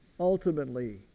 Ultimately